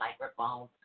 microphone